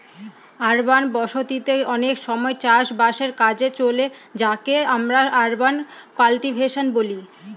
urban বসতি তে অনেক সময় চাষ বাসের কাজে চলে যাকে আমরা আরবান কাল্টিভেশন বলি